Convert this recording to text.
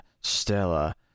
stella